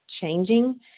changing